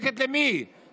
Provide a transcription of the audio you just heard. למי היא נאבקת,